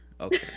Okay